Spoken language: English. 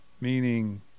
meaning